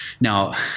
Now